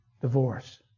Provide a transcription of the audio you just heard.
divorce